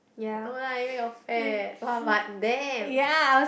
no lah you where got fat !wah! but damn